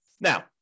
Now